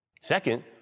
Second